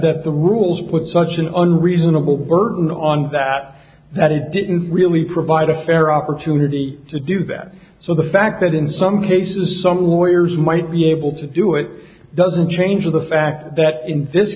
that the rules put such an unreasonable burden on that that it didn't really provide a fair opportunity to do that so the fact that in some cases some lawyers might be able to do it doesn't change the fact that in this